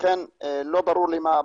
כמובן שאם נצטרך, נחזור אליך.